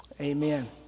amen